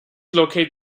locate